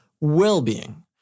well-being